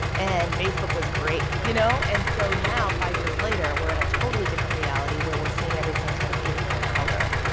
and facebook was great, you know? and so now five years later, we're in a totally different reality where we're seeing everything kind of in full color.